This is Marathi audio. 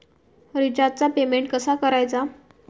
रिचार्जचा पेमेंट कसा करायचा?